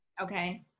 Okay